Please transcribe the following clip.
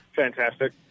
Fantastic